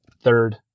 third